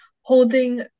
holding